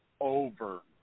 over